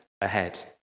ahead